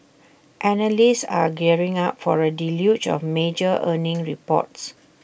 analysts are gearing up for A deluge of major earnings reports